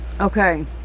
Okay